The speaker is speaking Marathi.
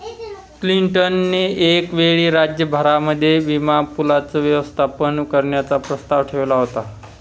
क्लिंटन ने एक वेळी राज्य भरामध्ये विमा पूलाचं व्यवस्थापन करण्याचा प्रस्ताव ठेवला होता